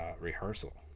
rehearsal